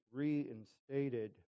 reinstated